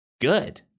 good